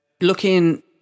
looking